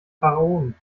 pharaonen